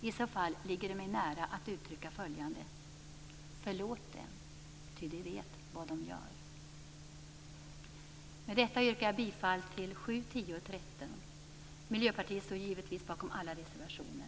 I så fall ligger det mig nära att uttrycka följande: Förlåt dem icke, ty de vet vad de gör! Med detta yrkar jag bifall till reservationerna 7, 10 och 13. Miljöpartiet står givetvis bakom alla sina reservationer.